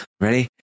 Ready